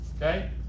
okay